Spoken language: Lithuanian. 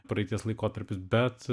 praeities laikotarpis bet